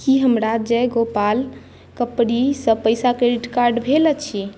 की हमरा जयगोपाल कपड़िसँ पैसा क्रेडिट कार्ड भेल अछि